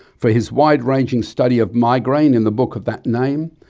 for his wide ranging study of migraine in the book of that name,